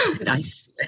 Nice